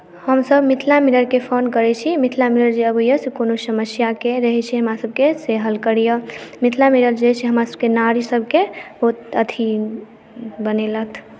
हमसभ मिथिला मिररकेँ फोन करैत छी मिथिला मिरर जे अबैए से कोनो समस्याके रहैत छै हमरासभकेँ से हल करैए मिथिला मिरर जे छै हमरासभके नारीसभकेँ बहुत अथी बनेलथि